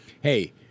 Hey